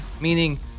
meaning